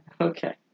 Okay